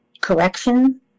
correction